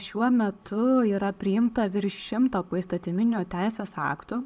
šiuo metu yra priimta virš šimto poįstatyminių teisės aktų